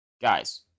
Guys